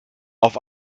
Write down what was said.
auf